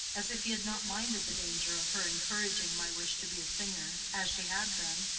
as if he had not minded the danger of her encouraging my wish to be a singer, as she had been.